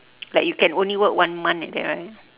like you can only work one month like that right